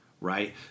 right